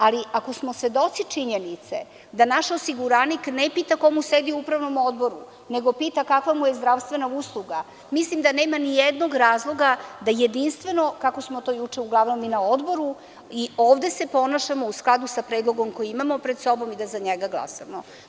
Ali, ako smo svedoci činjenice da naš osiguranik ne pita ko mu sedi u upravnom odboru nego pita kakva mu je zdravstvena usluga, mislim da nema nijednog razloga da jedinstveno, kako smo to juče na Odboru, i ovde se ponašamo u skladu sa predlogom koji imamo pred sobom i da za njega glasamo.